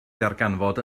ddarganfod